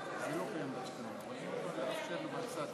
אנחנו עוברים עכשיו להצעות לסדר-היום.